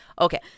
Okay